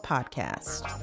Podcast